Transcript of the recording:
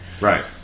Right